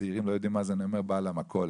הצעירים לא יודעים מה זה בעל מכולת,